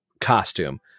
costume